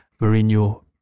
Mourinho